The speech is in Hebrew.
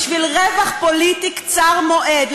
בשביל רווח פוליטי קצר מועד,